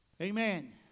Amen